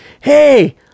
hey